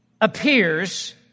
appears